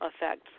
effects